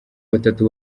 batatu